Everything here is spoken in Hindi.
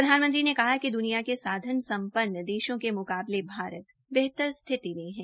प्रधानमंत्री ने कहा कि द्वनिया में साधन सम्पन्न देशों के मुकाबले भारत बेहतर स्थिति में है